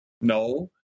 No